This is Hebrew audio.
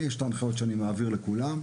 יש את ההנחיות שאני מעביר לכולם,